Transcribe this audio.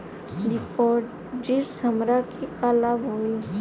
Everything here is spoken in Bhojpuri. डिपाजिटसे हमरा के का लाभ होई?